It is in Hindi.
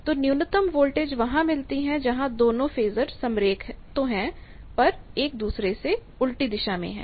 तो न्यूनतम वोल्टेज वहां मिलती है जहां दोनों फेजर समरेख तो है पर एक दूसरे से उल्टी दिशा में है